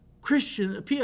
Christian